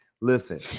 listen